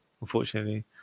unfortunately